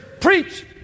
Preach